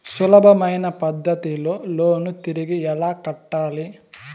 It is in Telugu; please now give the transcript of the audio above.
సులభమైన పద్ధతిలో లోను తిరిగి ఎలా కట్టాలి